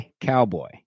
Cowboy